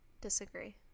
Disagree